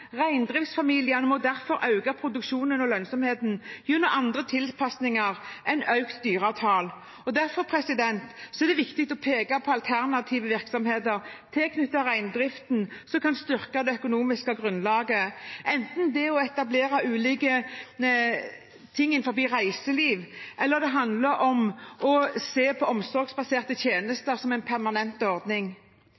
Reindriftsfamiliene må derfor øke produksjonen og lønnsomheten gjennom andre tilpasninger enn økt dyretall. Derfor er det viktig å peke på alternative virksomheter tilknyttet reindriften som kan styrke det økonomiske grunnlaget, enten det er å etablere ulike ting innenfor reiseliv, eller det handler om å se på omsorgsbaserte